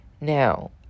Now